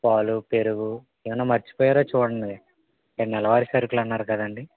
పాలు పెరుగు ఏమన్నా మర్చిపోయారా చూడండి ఇవి నెలవారి సరుకులు అన్నారు కదండి